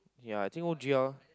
ya I think O_G_L